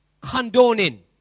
condoning